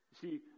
See